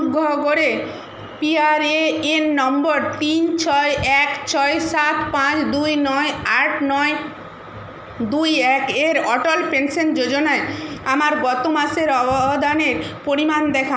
অনুগ্রহ করে পিআরএএন নম্বর তিন ছয় এক ছয় সাত পাঁচ দুই নয় আট নয় দুই এক এর অটল পেনশান যোজনায় আমার গত মাসের অবদানের পরিমাণ দেখান